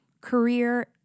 career